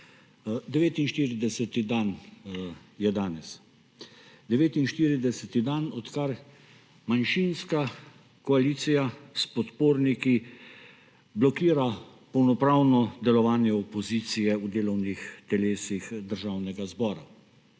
49. dan je danes. 49. dan, odkar manjšinska koalicija s podporniki blokira polnopravno delovanje opozicije v delovnih telesih Državnega zbora.